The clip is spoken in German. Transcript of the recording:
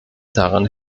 daran